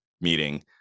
meeting